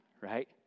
right